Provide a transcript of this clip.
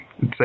say